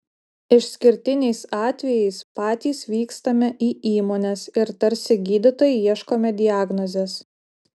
išskirtiniais atvejais patys vykstame į įmones ir tarsi gydytojai ieškome diagnozės